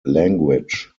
language